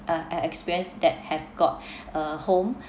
uh uh experience that have got a home